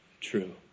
true